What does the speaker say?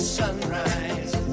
sunrise